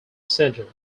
center